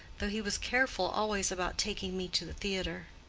though he was careful always about taking me to the theatre.